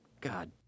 God